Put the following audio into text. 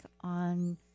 on